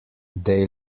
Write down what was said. they